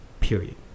period